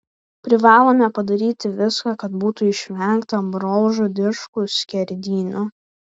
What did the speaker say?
privalome padaryti viską kad būtų išvengta brolžudiškų skerdynių